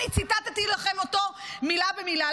אני ציטטתי לכם אותו מילה במילה.